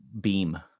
beam